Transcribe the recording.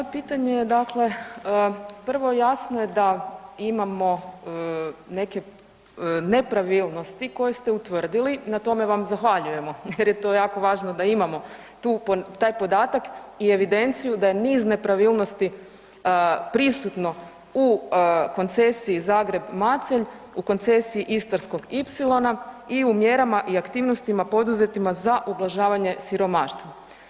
Moje pitanje je dakle, prvo jasno je da imamo neke nepravilnosti koje ste utvrdili, na tome vam zahvaljujemo jer je to jako važno da imamo tu, taj podatak i evidenciju da je niz nepravilnosti prisutno u koncesiji Zagreb-Macelj, u koncesiji istarskog Ipsilona i u mjerama i aktivnostima poduzetima za ublažavanje siromaštva.